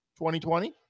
2020